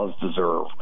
deserve